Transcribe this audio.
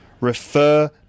Refer